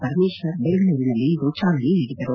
ಪರಮೇಶ್ವರ್ ಬೆಂಗಳೂರಿನಲ್ಲಿಂದು ಚಾಲನೆ ನೀಡಿದರು